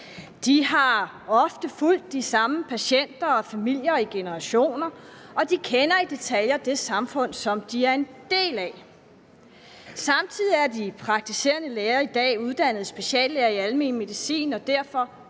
De har ofte fulgt de samme patienter og familier i generationer, og de kender i detaljer det samfund, som de er en del af. Samtidig er de praktiserende læger i dag uddannede speciallæger i almen medicin og derfor